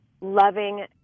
loving